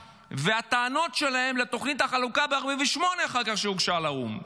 בטענות שלהם לתוכנית החלוקה שהוגשה לאו"ם ב-1948.